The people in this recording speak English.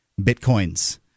Bitcoins